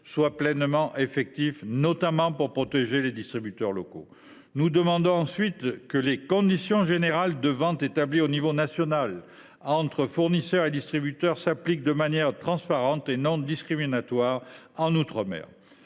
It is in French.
soient pleinement effectifs, notamment pour protéger les distributeurs locaux. Nous demandons ensuite que les conditions générales de vente établies au niveau national entre fournisseurs et distributeurs s’appliquent de manière transparente et non discriminatoire dans les outre mer.